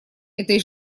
этой